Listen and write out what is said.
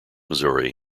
missouri